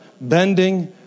bending